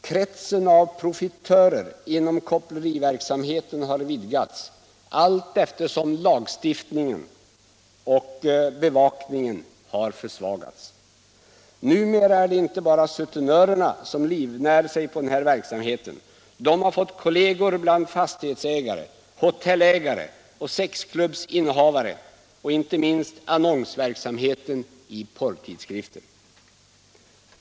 Kretsen av profitörer inom koppleriverksamheten har vidgats allteftersom lagstiftningen och bevakningen har försvagats. Numera är det inte 4 bara sutenörerna som livnär sig på denna verksamhet. De har fått kolleger bland fastighetsägare, hotellägare och sexklubbsinnehavare och inte minst bland alla dem som står för annonsverksamheten i porrtidskrifter.